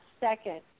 second